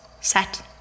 set